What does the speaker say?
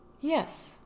Yes